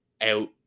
out